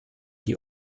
die